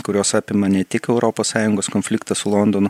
kurios apima ne tik europos sąjungos konfliktą su londonu